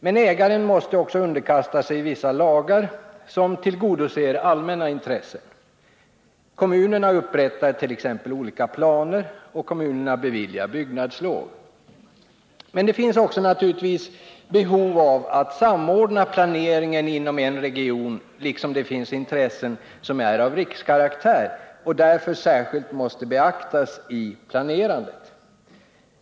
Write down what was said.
Men ägaren måste också underkasta sig vissa lagar som tillgodoser allmänna intressen. Kommunerna upprättar t.ex. olika planer och beviljar byggnadslov. Men det finns naturligtvis också behov av att samordna planeringen inom en region, liksom det finns intressen som är av rikskaraktär och därför särskilt måste beaktas vid planerandet.